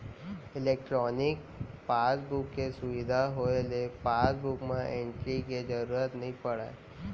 electronic passbook के सुबिधा होए ले पासबुक म एंटरी के जरूरत नइ परय